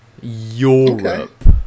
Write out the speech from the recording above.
Europe